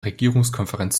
regierungskonferenz